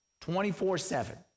24-7